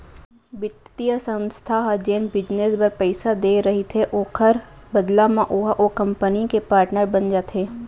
बित्तीय संस्था ह जेन बिजनेस बर पइसा देय रहिथे ओखर बदला म ओहा ओ कंपनी के पाटनर बन जाथे